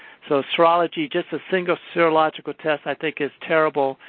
so, serology, just a single serological test, i think, is terrible.